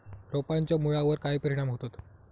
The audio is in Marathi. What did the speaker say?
रोपांच्या मुळावर काय परिणाम होतत?